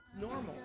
normal